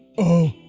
oh,